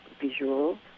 visual